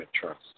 trust